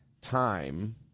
time